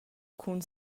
cun